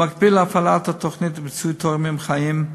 במקביל להפעלת התוכנית לפיצוי תורמים חיים,